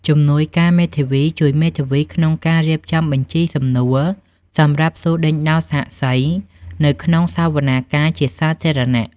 ជំនួយការមេធាវីជួយមេធាវីក្នុងការរៀបចំបញ្ជីសំណួរសម្រាប់សួរដេញដោលសាក្សី នៅក្នុងសវនាការជាសាធារណៈ។